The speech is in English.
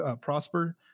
Prosper